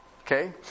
Okay